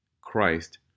Christ